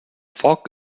foc